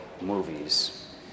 movies